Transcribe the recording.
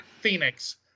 Phoenix